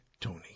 Tony